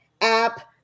app